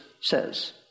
says